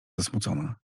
zasmucona